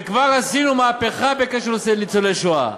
וכבר עשינו מהפכה בקשר לניצולי השואה.